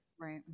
right